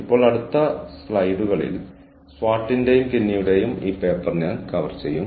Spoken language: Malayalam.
മറ്റൊന്ന് സ്വാർട്ടിന്റെയും കിന്നിയുടെയും Swart and Kinnie